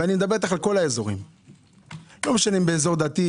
ואני מדבר על כל האזורים -לא משנה אם אזור דתי,